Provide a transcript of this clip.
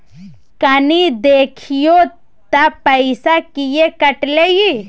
कनी देखियौ त पैसा किये कटले इ?